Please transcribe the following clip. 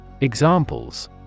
Examples